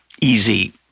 easy